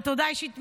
בתודה אישית ממני.